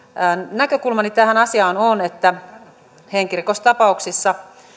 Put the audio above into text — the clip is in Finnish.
näkökulmani tähän asiaan on että henkirikostapauksissa